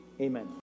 Amen